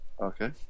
Okay